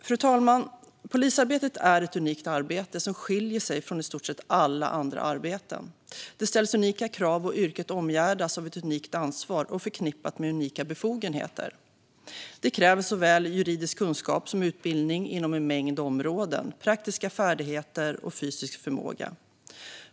Fru talman! Polisarbetet är ett unikt arbete som skiljer sig från i stort sett alla andra arbeten. Det ställs unika krav. Yrket omgärdas av ett unikt ansvar och är förknippat med unika befogenheter. Det kräver såväl juridisk kunskap som utbildning inom en mängd områden, praktiska färdigheter och fysisk förmåga.